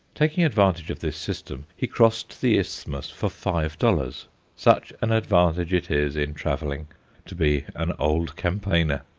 taking advantage of this system, he crossed the isthmus for five dollars such an advantage it is in travelling to be an old campaigner!